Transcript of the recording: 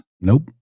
Nope